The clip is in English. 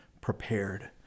prepared